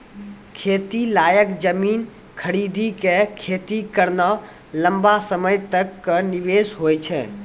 खेती लायक जमीन खरीदी कॅ खेती करना लंबा समय तक कॅ निवेश होय छै